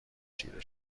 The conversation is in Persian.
چیره